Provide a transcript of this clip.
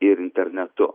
ir internetu